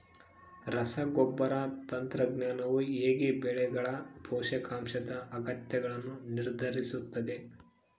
ರಸಗೊಬ್ಬರ ತಂತ್ರಜ್ಞಾನವು ಹೇಗೆ ಬೆಳೆಗಳ ಪೋಷಕಾಂಶದ ಅಗತ್ಯಗಳನ್ನು ನಿರ್ಧರಿಸುತ್ತದೆ?